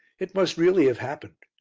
it must really have happened.